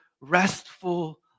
restful